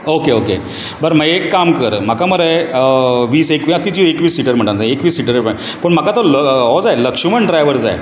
okay okay बरें मागीर एक काम कर म्हाका मरे वीस ति जी एक वीस सिटर म्हटल्या पूण म्हाका तो हो जाय लक्ष्मण ड्रायव्हर जाय